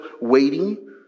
waiting